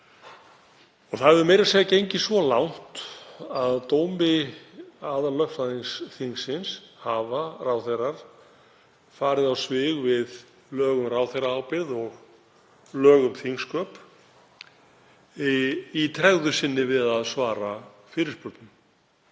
Það hefur meira að segja gengið svo langt að að dómi aðallögfræðings þingsins hafa ráðherrar farið á svig við lög um ráðherraábyrgð og lög um þingsköp í tregðu sinni við að svara fyrirspurnum.